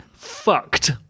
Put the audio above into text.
Fucked